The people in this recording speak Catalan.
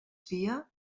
fia